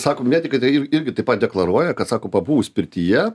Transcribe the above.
sako medikai tai ir irgi taip pat deklaruoja kad sako pabuvus pirtyje